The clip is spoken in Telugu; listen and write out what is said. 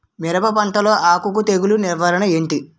మిరప పంటలో ఆకు తెగులు నివారణ ఏంటి?